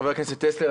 חבר הכנסת טסלר,